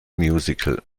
musical